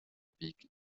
big